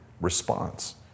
response